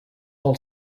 pel